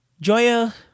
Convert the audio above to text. Joya